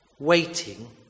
waiting